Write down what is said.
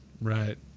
Right